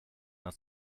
not